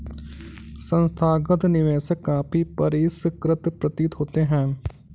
संस्थागत निवेशक काफी परिष्कृत प्रतीत होते हैं